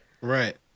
Right